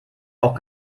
auch